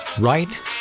right